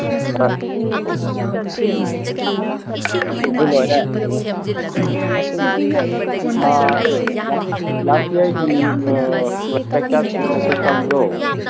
ꯍꯣꯏ ꯎꯝ ꯑꯗꯨ ꯂꯣꯏꯔꯦ ꯑꯥ ꯂꯥꯁ ꯌꯔꯒꯤ ꯄ꯭ꯔꯣꯁꯄꯦꯛꯇꯁꯒꯨꯝꯕꯁꯨ ꯆꯪꯕ꯭ꯔꯣ